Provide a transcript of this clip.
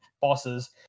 bosses